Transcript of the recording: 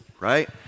right